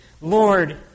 Lord